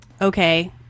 Okay